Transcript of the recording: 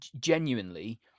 genuinely